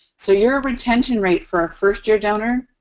so your retention rate for a first year donor,